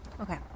Okay